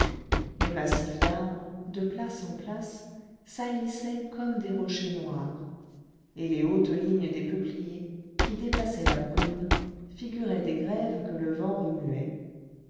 les massifs d'arbres de place en place saillissaient comme des rochers noirs et les hautes lignes des peupliers qui dépassaient la brume figuraient des grèves que le vent remuait